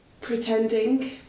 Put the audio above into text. pretending